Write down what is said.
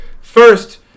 first